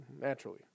naturally